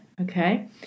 okay